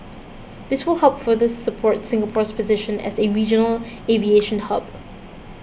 this will help further support Singapore's position as a regional aviation hub